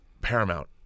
Paramount